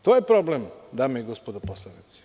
To je problem, dame i gospodo poslanici.